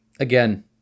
again